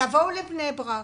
תבואו לבני ברק,